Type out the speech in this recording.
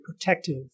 protective